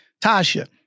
Tasha